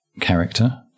character